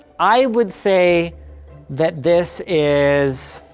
i would say that this is